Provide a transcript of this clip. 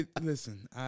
listen